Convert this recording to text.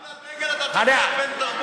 גם לדגל, בן תרבות.